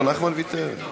נחמן ויתר.